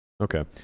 Okay